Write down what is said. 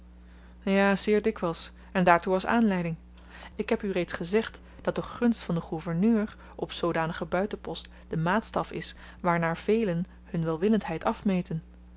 ja zeer dikwyls en daartoe was aanleiding ik heb u reeds gezegd dat de gunst van den gouverneur op zoodanigen buitenpost de maatstaf is waarnaar velen hun welwillendheid afmeten